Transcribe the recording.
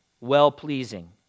Well-pleasing